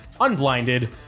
unblinded